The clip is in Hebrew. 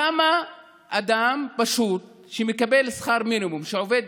כמה אדם פשוט שמקבל שכר מינימום, שעובד,